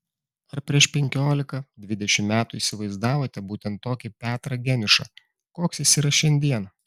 ar prieš penkiolika dvidešimt metų įsivaizdavote būtent tokį petrą geniušą koks jis yra šiandien